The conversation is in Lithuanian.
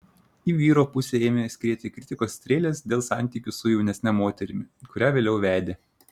į vyro pusę ėmė skrieti kritikos strėlės dėl santykių su jaunesne moterimi kurią vėliau vedė